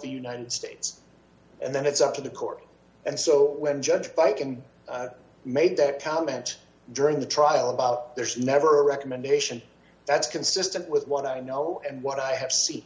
the united states and then it's up to the court and so when judge but i can make that comment during the trial about there's never a recommendation that's consistent with what i know and what i have seen